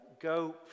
Go